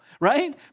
right